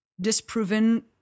disproven